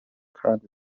kandi